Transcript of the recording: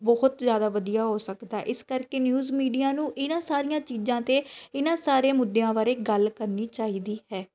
ਬਹੁਤ ਜ਼ਿਆਦਾ ਵਧੀਆ ਹੋ ਸਕਦਾ ਇਸ ਕਰਕੇ ਨਿਊਜ਼ ਮੀਡੀਆ ਨੂੰ ਇਹਨਾਂ ਸਾਰੀਆਂ ਚੀਜ਼ਾਂ ਅਤੇ ਇਹਨਾਂ ਸਾਰਿਆਂ ਮੁੱਦਿਆਂ ਬਾਰੇ ਗੱਲ ਕਰਨੀ ਚਾਹੀਦੀ ਹੈ